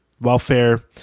welfare